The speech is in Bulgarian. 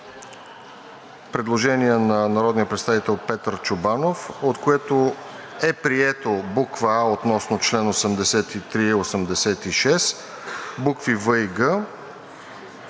Предложение на народния представител Петър Чобанов, от което е приета буква „а“ относно чл. 83 и 86, букви „в“ и